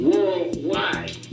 Worldwide